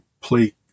play